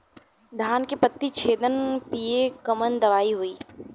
धान के पत्ती छेदक कियेपे कवन दवाई होई?